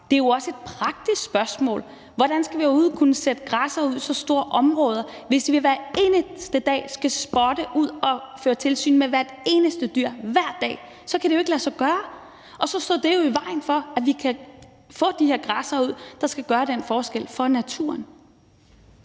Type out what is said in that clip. Det er jo også et praktisk spørgsmål. Hvordan skal vi overhovedet kunne sætte græssere ud i så store områder, hvis vi hver eneste dag skal spotte og føre tilsyn med hvert eneste dyr – hver dag? Så kan det ikke lade sig gøre, og så står det jo i vejen for, at vi kan få de her græssere ud, der skal gøre den forskel for naturen.